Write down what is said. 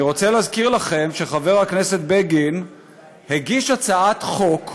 אני רוצה להזכיר לכם שחבר הכנסת בגין הגיש הצעת חוק,